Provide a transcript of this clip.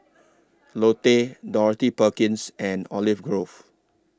Lotte Dorothy Perkins and Olive Grove